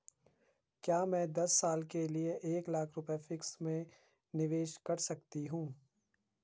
क्या मैं दस साल के लिए एक लाख रुपये फिक्स में निवेश कर सकती हूँ?